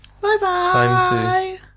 Bye-bye